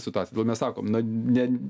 situaciją todėl mes sakom na ne